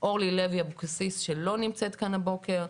אורלי לוי אבקסיס שלא נמצאת כאן הבוקר,